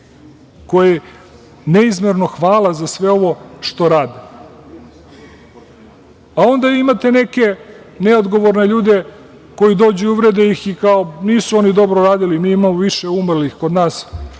kojima neizmerno hvala za sve ovo što rade. Onda imate neke neodgovorne ljude koji dođi, uvrede ih, kao nisu oni dobro radili, mi imamo više umrlih kod nas.